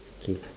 K